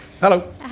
Hello